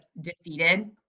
defeated